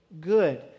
good